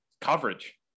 coverage